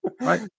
Right